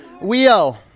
Wheel